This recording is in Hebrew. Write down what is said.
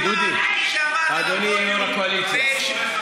אדוני יו"ר הקואליציה.